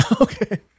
Okay